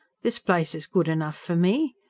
this place is good enough for me.